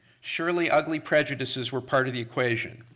surely ugly prejudices were part of the equation.